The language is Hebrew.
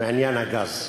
בעניין הגז.